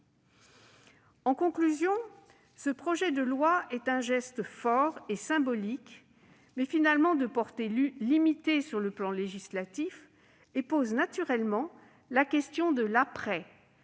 En conclusion, ce projet de loi, qui est un geste fort et symbolique, mais de portée limitée sur le plan législatif, pose naturellement la question de l'après.